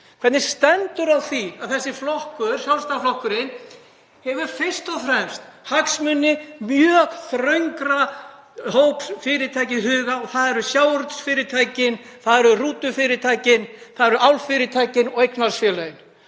Hvernig stendur á því að þessi flokkur, Sjálfstæðisflokkurinn, hefur fyrst og fremst hagsmuni mjög þröngs hóps fyrirtækja í huga? Það eru sjávarútvegsfyrirtækin, það eru rútufyrirtækin, það eru álfyrirtækin og það eru eignarhaldsfélögin.